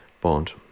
Bond